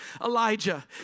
Elijah